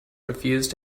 refused